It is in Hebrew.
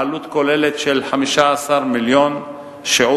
בעלות כוללת של 15 מיליון שקל.